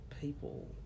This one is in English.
people